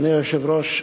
אדוני היושב-ראש,